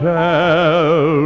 tell